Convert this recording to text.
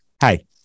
Hey